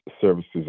services